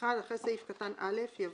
(1)אחרי סעיף קטן (א) יבוא: